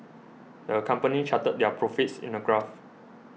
the company charted their profits in a graph